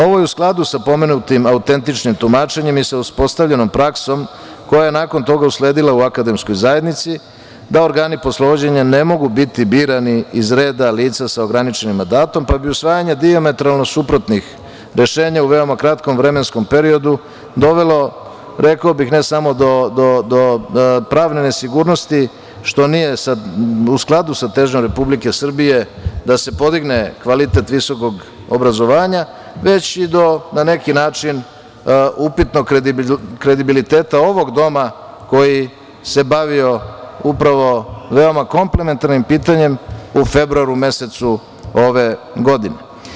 Ovo je u skladu sa pomenutim Autentičnim tumačenjem i sa uspostavljenom praksom koja je nakon toga usledila u akademskoj zajednici, da organi poslovođenja ne mogu biti birani iz reda lica sa ograničenim mandatom, pa bi usvajanje dijametralno suprotnih rešenja u veoma kratkom vremenskom periodu dovelo, rekao bih, ne samo do pravne nesigurnosti, što nije u skladu sa težnjom Republike Srbije da se podigne kvalitet visokog obrazovanja, već i do na neki način upitnog kredibiliteta ovog doma koji se bavio upravo veoma komplementarnim pitanjem u februaru mesecu ove godine.